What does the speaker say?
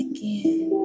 Again